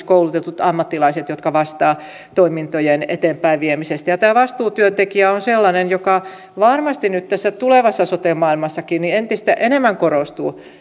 koulutetut ammattilaiset jotka vastaavat toimintojen eteenpäinviemisestä ja tämä vastuutyöntekijä on sellainen joka varmasti nyt tässä tulevassa sote maailmassakin entistä enemmän korostuu